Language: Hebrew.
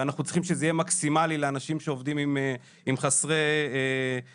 ואנחנו צריכים שזה יהיה מקסימלי לאנשים שעובדים עם חסרי ישע.